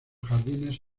jardines